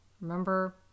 Remember